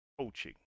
coaching